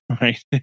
right